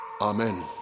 Amen